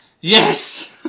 Yes